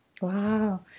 wow